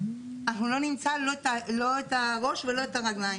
אנחנו לא נמצא את הראש ואת הרגליים.